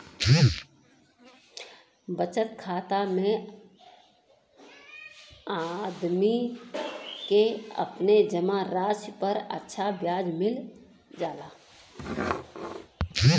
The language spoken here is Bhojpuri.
बचत खाता में आदमी के अपने जमा राशि पर अच्छा ब्याज मिल जाला